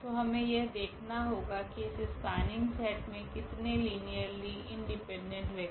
तो हमे यह देखना होगा कि इस स्पेनिंग सेट मे कितने लीनियरली इंडिपेंडेंट वेक्टरस है